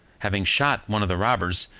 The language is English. having shot one of the robbers,